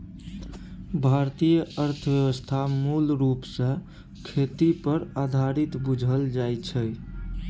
भारतीय अर्थव्यवस्था मूल रूप सँ खेती पर आधारित बुझल जाइ छै